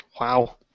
Wow